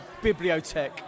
bibliotech